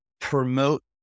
promote